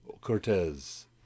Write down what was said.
Cortez